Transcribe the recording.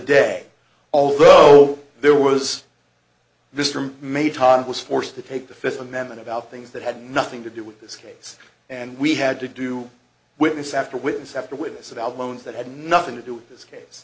day although there was this room mate who was forced to take the fifth amendment about things that had nothing to do with this case and we had to do witness after witness after witness without loans that had nothing to do with this case